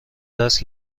دست